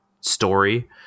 story